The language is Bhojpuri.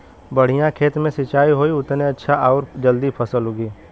बढ़िया खेत मे सिंचाई होई उतने अच्छा आउर जल्दी फसल उगी